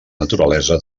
naturalesa